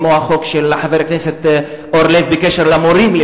כמו החוק של חבר הכנסת אורלב בקשר למורים,